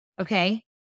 okay